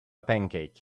pancake